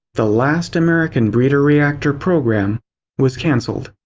the last american breeder reactor program was cancelled.